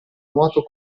nuoto